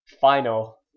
final